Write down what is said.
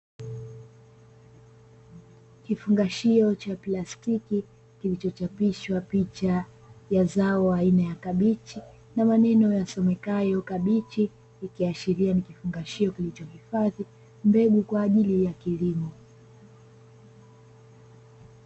Kifungashio cha plastiki kilichochapishwa picha ya zao aina ya kabichi, na maneno yasomekayo kabichi, ikiashiria nikifungashio kilichohifadhi mbegu kwa ajili ya kilimo.